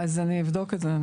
אז אני אבדוק את זה.